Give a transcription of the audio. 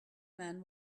man